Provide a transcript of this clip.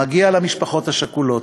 מגיע למשפחות השכולות,